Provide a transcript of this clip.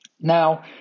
Now